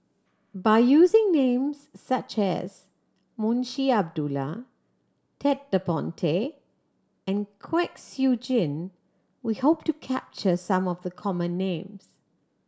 by using names such as Munshi Abdullah Ted De Ponti and Kwek Siew Jin we hope to capture some of the common names